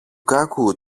κάκου